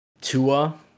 Tua